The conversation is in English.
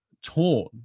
torn